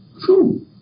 True